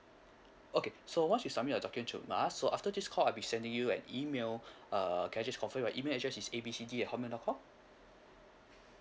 okay so once you submit the documents to us so after this call I'll be sending you an email uh can I just confirm your email address is A B C D at Hotmail dot com